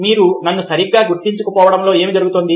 మీరు నన్నుసరిగా గుర్తించకపోవడంలో ఏమి జరుగుతోంది